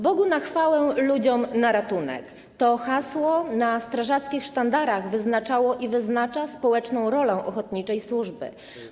Bogu na chwałę, ludziom na ratunek - to hasło na strażackich sztandarach wyznaczało i wyznacza społeczną rolę ochotniczej służby.